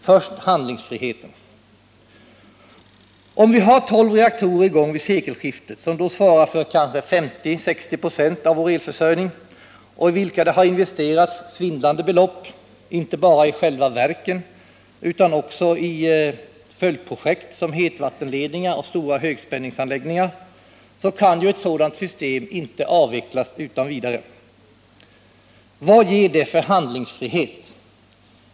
Först om handlingsfriheten: Om vi har tolv reaktorer i gång vid sekelskiftet — som då svarar för kanske 50-60 96 av vår elförsörjning och i vilka det har investerats svindlande belopp, inte bara i själva reaktorerna utan också i följdprojekt, som hetvattenledningar och stora högspänningsanläggningar — kan ju ett sådant system inte avvecklas utan vidare. Vad ger det för handlingsfrihet?